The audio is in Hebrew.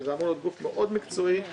שאמור להיות גוף מקצועי מאוד,